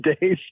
days